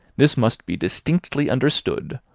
this must be distinctly understood,